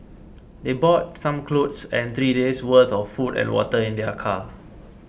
they brought some clothes and three day's worth of food and water in their car